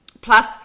plus